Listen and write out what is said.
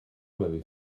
m’avez